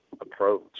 approach